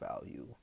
value